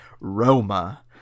Roma